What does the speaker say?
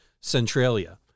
Centralia